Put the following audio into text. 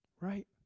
Right